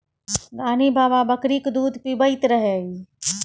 गान्ही बाबा बकरीक दूध पीबैत रहय